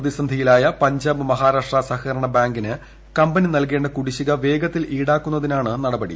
പ്രതിസന്ധിയിലായ പഞ്ചാബ് മഹാരാഷ്ട്ര സഹകരണ ബാങ്കിന് കമ്പനി നൽകേണ്ട കുടിശ്ശിക വേഗത്തിൽ ഈടാക്കുന്നതിനാണ് നടപടി